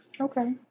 Okay